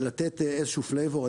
לתת איזה שהוא flavor.